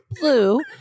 blue